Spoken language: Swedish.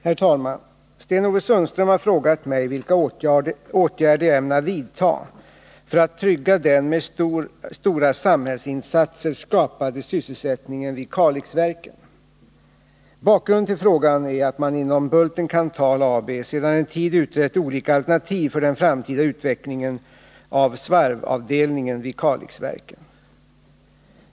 Herr talman! Sten-Ove Sundström har frågat mig vilka åtgärder jag ämnar vidta för att trygga den med stora samhällsinsatser skapade sysselsättningen vid Kalixverken. Bakgrunden till frågan är att man inom Bulten-Kanthal AB sedan en tid tillbaka utrett olika alternativ för den framtida utvecklingen av svarvavdelningen vid Kalixverken.